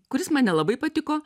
kuris man nelabai patiko